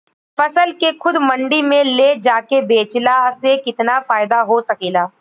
फसल के खुद मंडी में ले जाके बेचला से कितना फायदा हो सकेला?